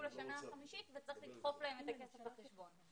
לשנה החמישית וצריך לדחוף להם את הכסף לחשבון.